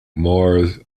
mars